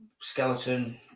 skeleton